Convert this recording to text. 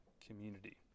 community